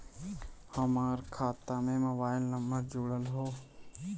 हमार खाता में मोबाइल नम्बर जुड़ल हो?